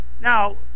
now